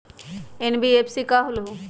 NBFC का होलहु?